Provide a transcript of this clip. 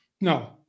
No